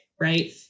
right